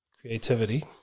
creativity